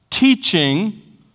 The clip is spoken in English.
Teaching